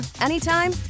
anytime